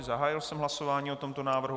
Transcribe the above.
Zahájil jsem hlasování o tomto návrhu.